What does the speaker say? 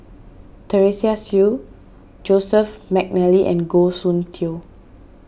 Teresa Hsu Joseph McNally and Goh Soon Tioe